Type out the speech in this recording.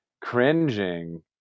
cringing